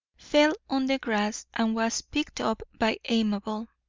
fell on the grass and was picked up by amabel,